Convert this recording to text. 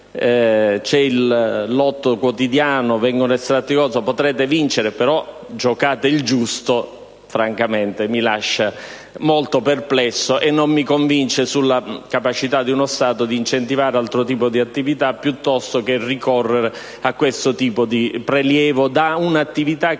il lotto quotidiano e la possibilità di vincere giocando il giusto, francamente mi lascia molto perplesso. Non mi convince sulla capacità di uno Stato di incentivare altro tipo di attività piuttosto che ricorrere a questo tipo di prelievo da una attività che